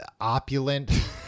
opulent